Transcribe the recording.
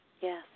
Yes